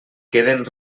queden